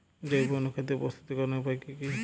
জৈব অনুখাদ্য প্রস্তুতিকরনের উপায় কী কী?